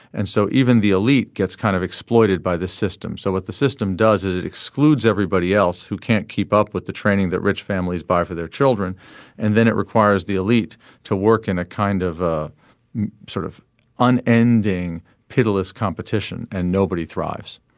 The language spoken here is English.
and so even the elite gets kind of exploited by this system. so what the system does is it excludes everybody else who can't keep up with the training that rich families buy for their children and then it requires the elite to work in a kind of a sort of unending pitiless competition and nobody thrives.